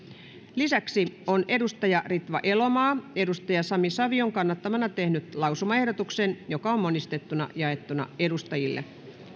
lisäksi on ritva elomaa sami savion kannattamana tehnyt lausumaehdotuksen joka on monistettuna jaettu edustajille